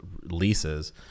leases